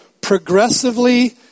progressively